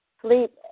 sleep